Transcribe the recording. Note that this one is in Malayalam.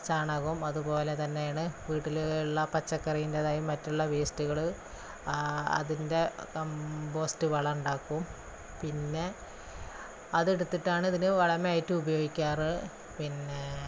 ചാണകവും അതുപോലെ തന്നെ ആണ് വീട്ടിൽ ഉള്ള പച്ചക്കൻ്റതായി മറ്റുള്ള വേസ്റ്റുകൾ അതിൻ്റെ കമ്പോസ്റ്റ് വളം ഉണ്ടാക്കും പിന്നെ അത് എടുത്തിട്ടാണ് ഇതിന് വളമായിട്ട് ഉപയോഗിക്കാറ് പിന്നെ